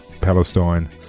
Palestine